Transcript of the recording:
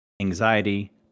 Anxiety